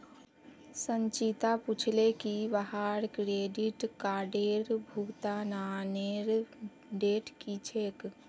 संचिता पूछले की वहार क्रेडिट कार्डेर भुगतानेर डेट की छेक